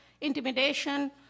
intimidation